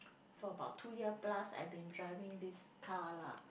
for about two years plus I been driving this car lah